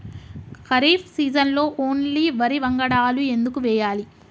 ఖరీఫ్ సీజన్లో ఓన్లీ వరి వంగడాలు ఎందుకు వేయాలి?